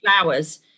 flowers